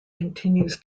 continues